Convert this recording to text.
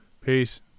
Peace